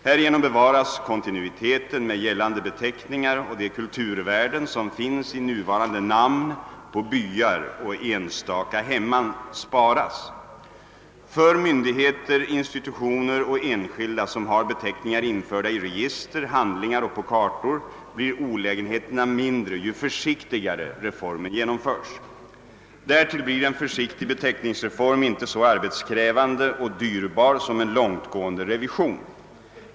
Härigenom bevaras kontinuiteten med gällande beteckningar, och de kulturvärden som finns i nuvarande namn på byar och enstaka hemman sparas. För myndigheter, institutioner och enskilda som har beteckningar införda i register, handlingar och på kartor blir olägenheterna mindre ju försiktigare reformen genomförs. Därtill blir en försiktig beteckningsreform inte så arbetskrävande och dyrbar som en långtgående revision.